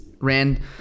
ran